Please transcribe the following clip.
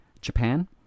Japan